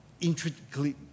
intricately